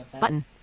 button